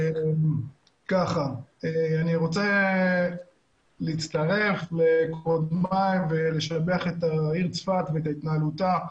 אני רוצה להצטרף לדברי קודמיי ולשבח את העיר צפת ואת התנהלותה,